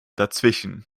dazwischen